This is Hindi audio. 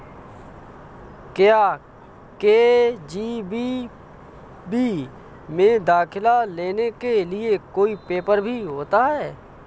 क्या के.जी.बी.वी में दाखिला लेने के लिए कोई पेपर भी होता है?